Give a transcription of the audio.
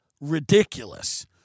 ridiculous